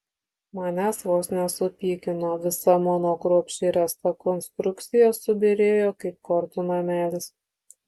manęs vos nesupykino visa mano kruopščiai ręsta konstrukcija subyrėjo kaip kortų namelis